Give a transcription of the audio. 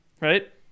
right